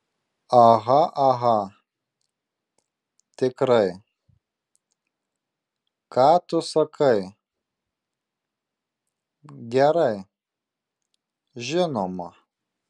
aha aha tikrai ką tu sakai gerai žinoma